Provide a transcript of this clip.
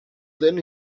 then